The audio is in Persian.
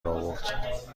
آورد